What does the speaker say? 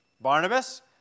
Barnabas